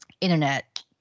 Internet